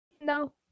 No